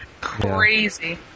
Crazy